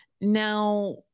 Now